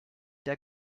der